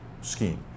scheme